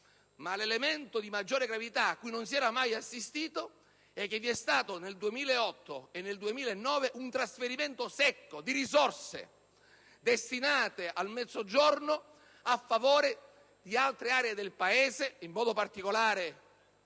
l'elemento di maggiore gravità a cui non si era mai assistito è che nel 2008 e nel 2009 vi è stato un trasferimento secco di risorse destinate al Mezzogiorno a favore di altre aree del Paese, in modo particolare